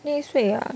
next week ah